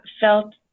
Felt